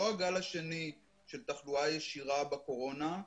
לא הגל השני של תחלואה ישירה בקורונה,